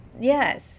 Yes